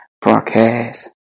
Broadcast